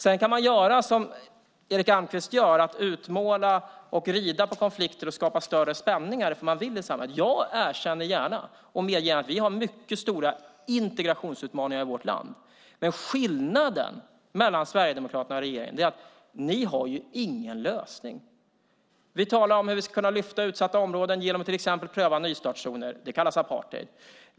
Sedan kan man, som Erik Almqvist gör, rida på konflikter och skapa större spänningar i samhället därför att man vill det. Jag erkänner mer än gärna att vi har mycket stora integrationsutmaningar i vårt land. Men skillnaden mellan Sverigedemokraterna och regeringen är att ni inte har någon lösning. Vi talar om hur vi ska kunna lyfta upp utsatta områden genom att till exempel pröva nystartszoner. Det kallas apartheid.